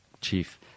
chief